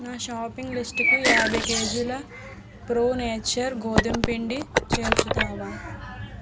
నా షాపింగ్ లిస్ట్కి యాభై కేజీల ప్రో నేచర్ గోధుమ్ పిండి చేర్చుతావా